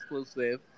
exclusive